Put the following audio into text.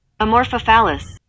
Amorphophallus